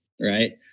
right